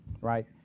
right